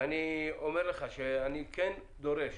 ואני אומר לך שאני כן דורש